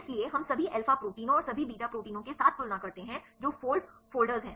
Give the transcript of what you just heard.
इसलिए हम सभी अल्फा प्रोटीनों और सभी बीटा प्रोटीनों के साथ तुलना करते हैं जो फोल्ड फ़ोल्डर्स हैं